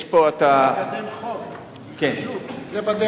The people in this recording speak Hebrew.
יש פה, לקדם חוק, זה בדרך.